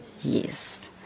yes